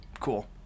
cool